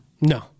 No